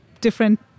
different